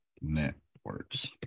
networks